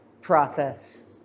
process